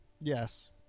Yes